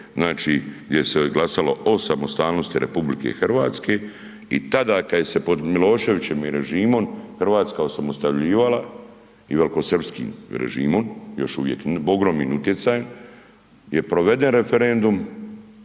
znači gdje se glasalo o samostalnosti RH i tada kada se je pod Miloševićevim režimom Hrvatska osamostaljivala i velikosrpskim režimom, još uvijek ogromnim utjecajem je proveden referendum,